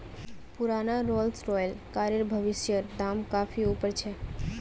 पुराना Rolls Royce कारेर भविष्येर दाम काफी ऊपर छे